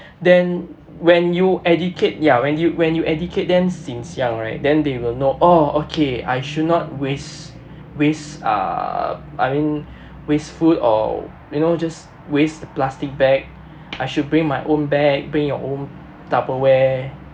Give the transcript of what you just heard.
then when you educate ya when you when you educate them since young right then they will know oh okay I should not waste waste uh I mean wasteful or you know just waste plastic bag I should bring my own bag bring your own Tupperware